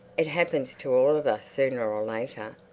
it happens to all of us sooner or later.